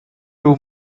two